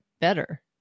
better